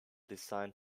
designed